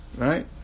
Right